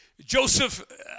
Joseph